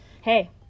hey